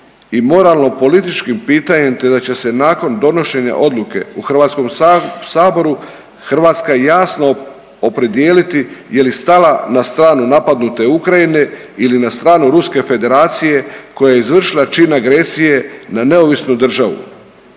i moralno političkim pitanjem te da se nakon donošenja odluke u Hrvatskom saboru Hrvatska jasno opredijeliti je li stala na stranu napadnute Ukrajine ili na stranu Ruske Federacije koja je izvršila čin agresije na neovisnu državu.